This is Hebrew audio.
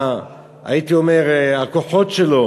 הייתי אומר, הכוחות שלו